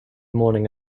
morning